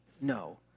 No